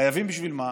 חייבים בשביל מה?